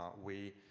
we